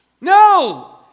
No